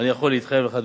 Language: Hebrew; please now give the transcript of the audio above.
אני יכול להתחייב לך,